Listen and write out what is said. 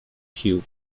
sił